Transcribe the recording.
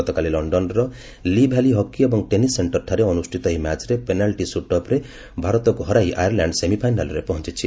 ଗତକାଲି ଲଣ୍ଡନର Lee Valley hockey ଏବଂ ଟେନିସ୍ ସେଣ୍ଟର ଠାରେ ଅନୁଷ୍ଠିତ ଏହି ମ୍ୟାଚରେ ପେନାଲିଟ୍ ସୁଟ୍ ଆଉଟରେ ଭାରତକୁ ହରାଇ ଆୟରଲାଣ୍ଡ ସେମିଫାଇନାଲରେ ପହଞ୍ଚିଛି